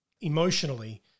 emotionally